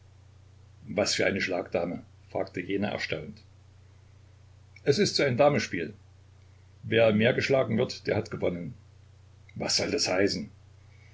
was für eine schlagdame fragte jener erstaunt es ist so ein damespiel wer mehr geschlagen wird der hat gewonnen was soll das heißen